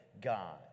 God